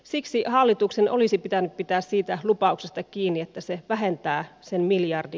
siksi hallituksen olisi pitänyt pitää siitä lupauksesta kiinni että se vähentää sen miljardi